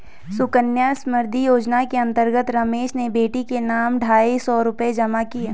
सुकन्या समृद्धि योजना के अंतर्गत रमेश ने बेटी के नाम ढाई सौ रूपए जमा किए